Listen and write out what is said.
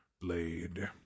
Blade